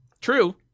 True